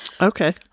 Okay